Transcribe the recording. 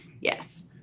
Yes